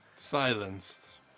silenced